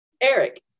Eric